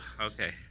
okay